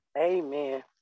Amen